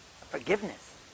forgiveness